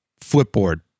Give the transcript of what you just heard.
Flipboard